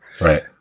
Right